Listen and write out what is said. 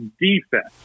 defense